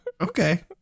Okay